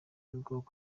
y’ubwonko